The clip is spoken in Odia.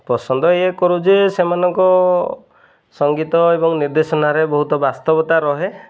ପସନ୍ଦ ଇଏ କରୁ ଯେ ସେମାନଙ୍କ ସଙ୍ଗୀତ ଏବଂ ନିର୍ଦ୍ଦେଶନାରେ ବହୁତ ବାସ୍ତବତା ରହେ